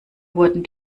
wurden